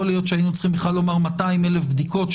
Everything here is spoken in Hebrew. יכול להיות שהיינו צריכים בכלל לומר 200,000 בדיקות,